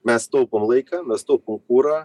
mes taupom laiką mes taupom kurą